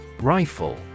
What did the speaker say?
Rifle